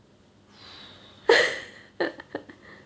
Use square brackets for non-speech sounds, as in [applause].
[breath]